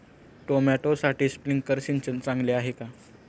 टोमॅटोसाठी स्प्रिंकलर सिंचन चांगले आहे का?